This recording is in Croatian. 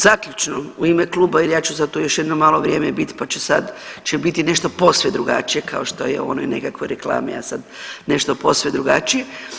Zaključno, u ime kluba jer ja ću sad tu još jedno malo vrijeme bit pa ću sad će biti nešto posve drugačije kao što je u onoj nekakvoj reklami, a sad nešto posve drugačije.